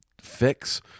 fix